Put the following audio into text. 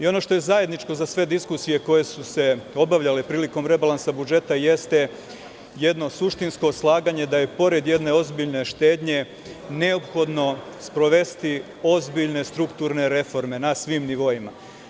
Ono što je zajedničko za sve diskusije koje su se obavljale prilikom rebalansa budžeta jeste jedno suštinsko slaganje da je pored jedne ozbiljne štednje, neophodno sprovesti ozbiljne strukturne reforme na svim nivoima.